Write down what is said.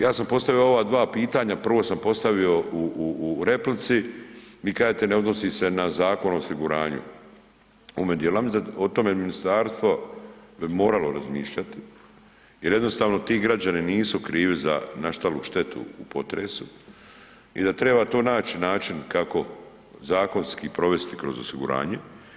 Ja sam postavio ova dva pitanja, prvo sam postavio u replici, vi kažete ne odnosi se na Zakon o osiguranju u ovome dijelu, ja mislim da o tome ministarstvo bi moralo razmišljati jer jednostavno ti građani nisu krivi za nastalu štetu u potresu i da to treba naći način kako zakonski provesti kroz osiguranje.